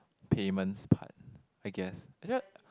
payments part I guess actually